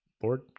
Board